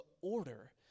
order